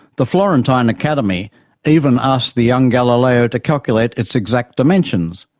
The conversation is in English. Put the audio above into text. the florentine academy even asked the young galileo to calculate its exact dimensions,